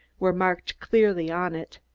were marked clearly on it.